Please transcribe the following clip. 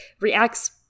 reacts